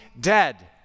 dead